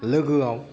लोगोआव